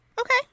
okay